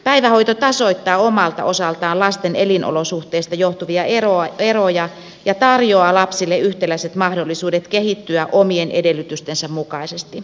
päivähoito tasoittaa omalta osaltaan lasten elinolosuhteista johtuvia eroja ja tarjoaa lapsille yhtäläiset mahdollisuudet kehittyä omien edellytystensä mukaisesti